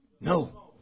No